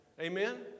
Amen